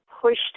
pushed